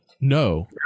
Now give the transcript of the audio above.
no